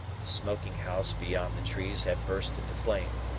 the smoking house beyond the trees had burst into flames.